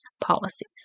policies